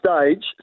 stage